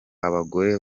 abagore